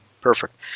Perfect